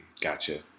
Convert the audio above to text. Gotcha